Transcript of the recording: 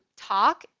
talk